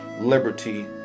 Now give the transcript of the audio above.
liberty